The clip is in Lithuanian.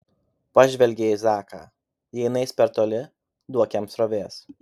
pažvelgė į zaką jei nueis per toli duok jam srovės